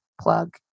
plug